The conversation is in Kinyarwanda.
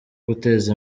guteza